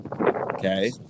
Okay